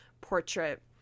portrait